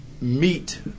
meet